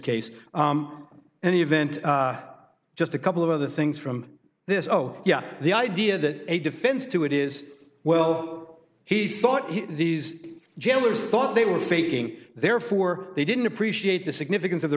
case and event just a couple of other things from this oh yeah the idea that a defense to it is well he thought these jailers thought they were faking therefore they didn't appreciate the significance of the